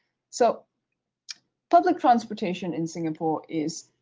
so public transportation in singapore is,